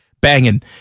banging